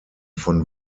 von